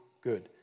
good